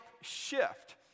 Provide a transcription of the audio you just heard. shift